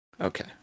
Okay